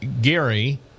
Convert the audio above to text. Gary